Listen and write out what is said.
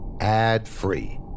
ad-free